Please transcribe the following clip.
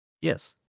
Yes